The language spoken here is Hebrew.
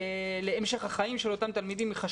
להמשך החיים של אותם תלמידים.